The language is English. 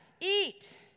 eat